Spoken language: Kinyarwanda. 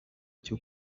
cyo